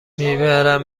میبرم